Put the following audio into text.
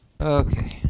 Okay